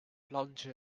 plunge